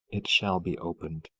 it shall be opened.